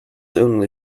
only